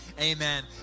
amen